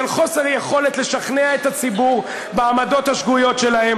של חוסר יכולת לשכנע את הציבור בעמדות השגויות שלה.